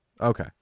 Okay